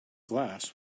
glass